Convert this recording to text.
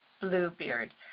Bluebeard